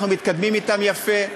אנחנו מתקדמים אתם יפה.